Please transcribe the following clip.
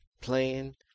playing